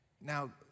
Now